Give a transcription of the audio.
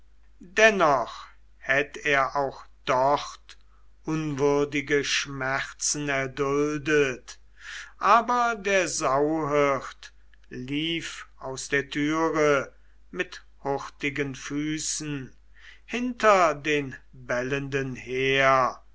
dennoch hätt er auch dort unwürdige schmerzen erduldet aber der sauhirt lief aus der türe mit hurtigen füßen hinter den bellenden her